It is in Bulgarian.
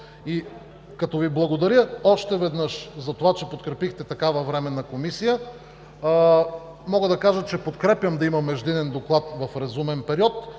Като Ви благодаря още веднъж затова, че подкрепихте такава Временната комисия, мога да кажа, че подкрепям да има междинен доклад в разумен период